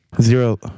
Zero